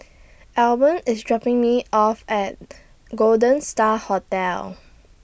Eben IS dropping Me off At Golden STAR Hotel